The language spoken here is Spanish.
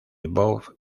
bob